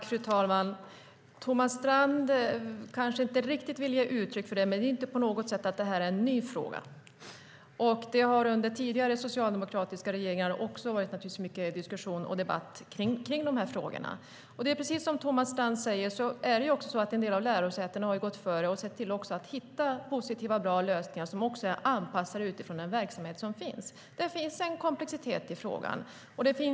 Fru talman! Thomas Strand kanske inte riktigt vill säga det, men det här är inte på något sätt en ny fråga. Under tidigare socialdemokratiska regeringar har det också varit mycket diskussion om de här frågorna. Som Thomas Strand säger har en del lärosäten gått före och sett till att hitta bra lösningar som är anpassade till verksamheten. Det finns en komplexitet i frågan.